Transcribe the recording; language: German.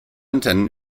antennen